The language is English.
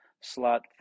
slot